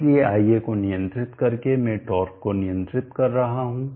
इसलिए ia को नियंत्रित करके मैं टार्क को नियंत्रित कर रहा हूं